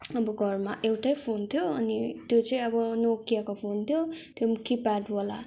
अब घरमा एउटै फोन थियो अनि त्यो चाहिँ अब नोकियाको फोन थियो त्यो पनि किप्याडवाला